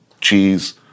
cheese